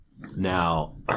now